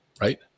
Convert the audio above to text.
right